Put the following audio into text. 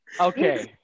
Okay